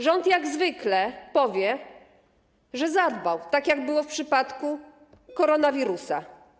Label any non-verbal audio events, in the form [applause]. Rząd jak zwykle powie, że zadbał, tak jak było w przypadku [noise] koronawirusa.